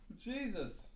Jesus